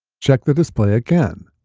check the display again.